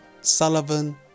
Sullivan